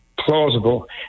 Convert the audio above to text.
plausible